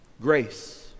Grace